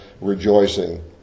rejoicing